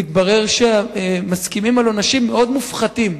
זה שמתברר שמסכימים על עונשים מאוד מופחתים.